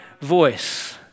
voice